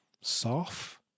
soft